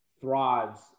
thrives